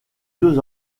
deux